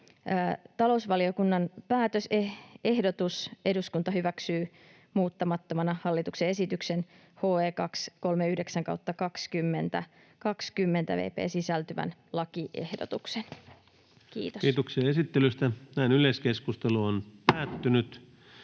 Talousvaliokunnan päätösehdotus: eduskunta hyväksyy muuttamattomana hallituksen esitykseen HE 239/2020 vp sisältyvän lakiehdotuksen. — Kiitos. [Speech 221] Speaker: Ensimmäinen